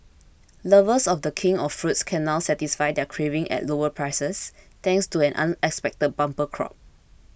lovers of the king of fruits can now satisfy their cravings at lower prices thanks to an unexpected bumper crop